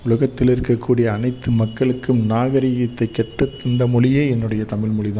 உலகத்தில் இருக்கக்கூடிய அனைத்து மக்களுக்கும் நாகரீகத்தை கற்றுத்தந்த மொழியே என்னுடைய தமிழ் மொழி தான்